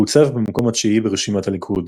והוצב במקום התשיעי ברשימת הליכוד,